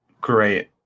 Great